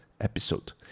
episode